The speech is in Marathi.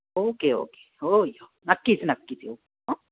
ओके ओके हो येऊ नक्कीच नक्कीच येऊ हो